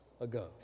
ago